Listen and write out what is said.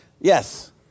Yes